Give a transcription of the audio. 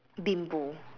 bimbo